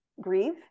grieve